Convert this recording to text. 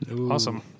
awesome